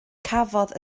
cafodd